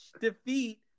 defeat